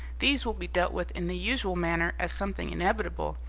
these will be dealt with in the usual manner as something inevitable,